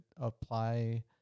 apply